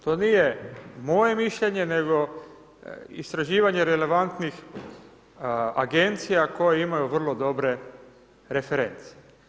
To nije moje mišljenje, nego istraživanje relevantnih agencija koje imaju vrlo dobre reference.